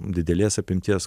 didelės apimties